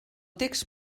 text